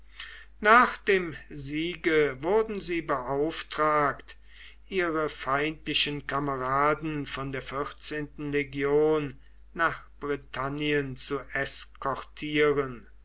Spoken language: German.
nach dem siege wurden sie beauftragt ihre feindlichen kameraden von der vierzehnten legion nach britannien zu